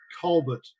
Colbert